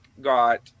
got